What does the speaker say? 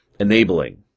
Enabling